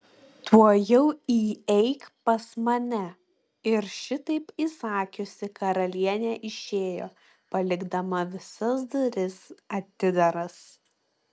tuojau įeik pas mane ir šitaip įsakiusi karalienė išėjo palikdama visas duris atidaras